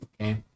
Okay